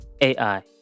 AI